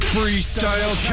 Freestyle